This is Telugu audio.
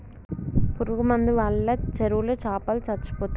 పురుగు మందు వాళ్ళ చెరువులో చాపలో సచ్చిపోతయ్